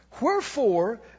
Wherefore